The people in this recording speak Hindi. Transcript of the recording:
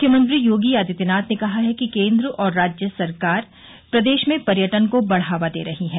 मुख्यमंत्री योगी आदित्यनाथ ने कहा है कि केन्द्र और राज्य सरकार प्रदेश में पर्यटन को बढ़ावा दे रही हैं